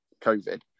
covid